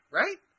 right